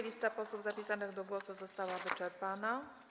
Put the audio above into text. Lista posłów zapisanych do głosu została wyczerpana.